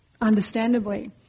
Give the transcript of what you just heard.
understandably